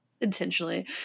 intentionally